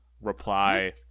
reply